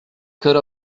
could